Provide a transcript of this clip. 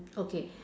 okay